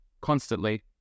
constantly